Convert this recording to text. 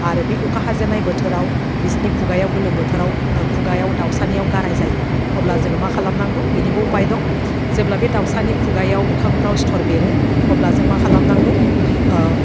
आरो बै अखा हाजेन्नाय बोथोराव बिसिनि खुगायाव गोलोम बोथोराव खुगायाव दाउसानियाव गाराइ जायो अब्ला जोङो मा खालामनांगौ बेनिबो उफाय दं जेब्ला बे दाउसानि खुगायाव मोखांफ्राव सिथर बेरो अब्ला जों मा खालामनांगौ